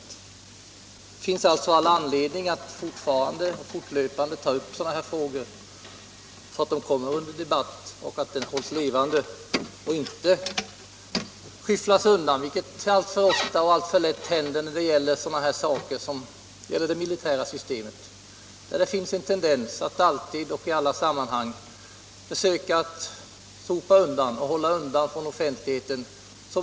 Det finns alltså all anledning att fortfarande och fortlöpande ta upp sådana här frågor så att de kommer under debatt, hålls levande och inte skyfflas undan, vilket alltför ofta och lätt händer när Sen gäller förhållanden inom det militära systemet. Det finns en tendens att alltid och i alla sammanhang försöka undanhålla så mycket som möjligt för offentligheten.